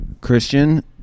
Christian